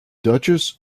duchess